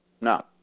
No